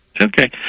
Okay